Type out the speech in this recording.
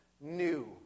new